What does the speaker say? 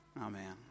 Amen